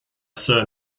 sir